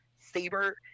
saber